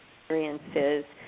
experiences